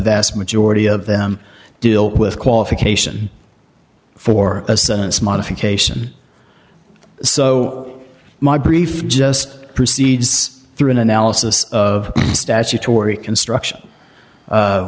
vast majority of them deal with qualification for a sentence modification so my brief just proceeds through an analysis of statutory construction